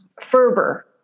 fervor